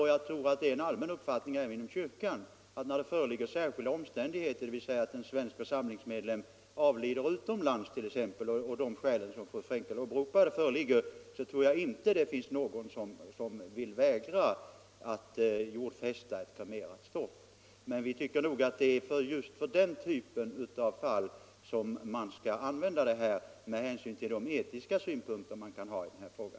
Jag tror att det är en allmän uppfattning även inom kyrkan att när det föreligger särskilda omständigheter, t.ex. när en svensk församlingsmedlem avlider utomlands, så skall man inte vägra att jordfästa ett kremerat stoft. Men vi tycker att det är just den här typen av fall som får utgöra undantag från den normala ordningen, med hänsyn till de etiska synpunkter man kan ha i denna fråga.